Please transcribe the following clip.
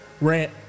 rant